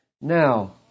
now